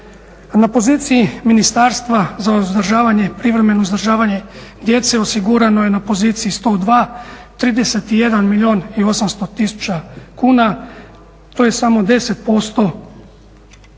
Na poziciji ministarstva za uzdržavanje i privremeno uzdržavanje djece osigurano je na poziciji 102 31 milijun i 800 tisuća kuna. To je samo 10% od